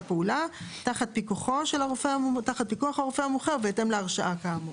פעולה תחת פיקוח הרופא המומחה ובהתאם להרשאה כאמור.